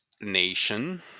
nation